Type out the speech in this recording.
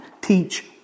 Teach